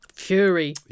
Fury